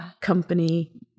company